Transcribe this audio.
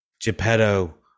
geppetto